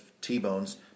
t-bones